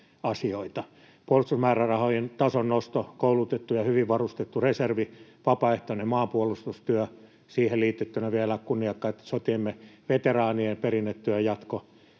Puolustusmäärärahojen tason nosto, koulutettu ja hyvin varustettu reservi, vapaaehtoinen maanpuolustustyö, siihen liitettynä vielä kunniakkaitten sotiemme veteraanien perinnetyön jatko